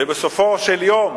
ובסופו של יום